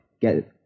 get